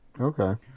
Okay